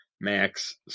max